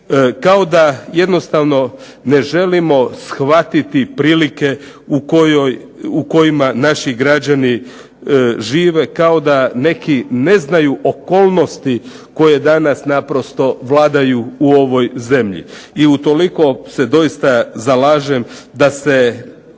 Kao da jednostavno ne želimo shvatiti prilike u kojima naši građani žive, kao da neki ne znaju okolnosti koje danas naprosto vladaju u ovoj zemlji. I utoliko se zaista zalažem da se